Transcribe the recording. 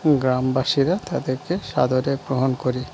গ্রামবাসীরা তাদেরকে সাদরে গ্রহণ করি